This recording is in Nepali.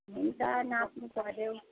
हुन्छ नाप्नु पर्यो